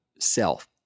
self